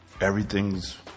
Everything's